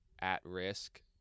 at-risk